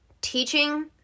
teaching